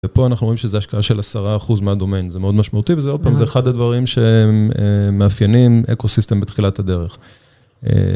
ופה אנחנו רואים שזה השקעה של 10% מהדומיין, זה מאוד משמעותי וזה עוד פעם, זה אחד הדברים שמאפיינים אקו-סיסטם בתחילת הדרך.